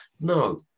No